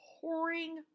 pouring